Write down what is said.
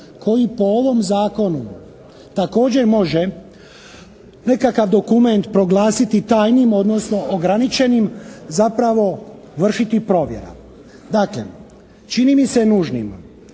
koji po ovom zakonu također može nekakav dokument proglasiti tajnim odnosno ograničenim zapravo vršiti provjera. Daklem, čini mi se nužnim